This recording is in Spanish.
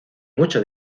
mucha